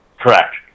Correct